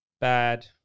bad